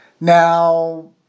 Now